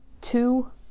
two